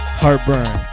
heartburn